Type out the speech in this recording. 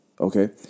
Okay